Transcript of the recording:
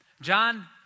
John